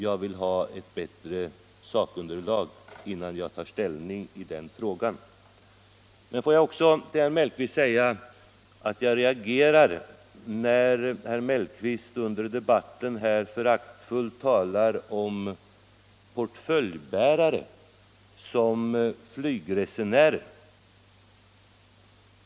Jag vill ha ett bättre sakunderlag innan jag tar ställning i den frågan. Låt mig också till herr Mellqvist säga att jag reagerar när herr Mellqvist i debatten föraktfullt talar om flygresenärerna som ”portföljbärare”.